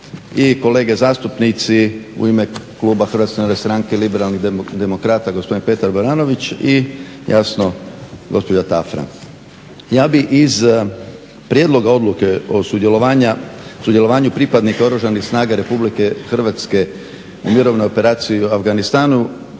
i kolege zastupnici u ime kluba HNS-a i Liberalnih demokrata gospodin Petar Baranović i jasno gospođa Tafra. Ja bih iz prijedloga odluke o sudjelovanju pripadnika Oružanih snaga RH u Mirovnoj operaciji u Afganistanu